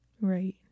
right